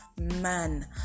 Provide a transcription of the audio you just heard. Man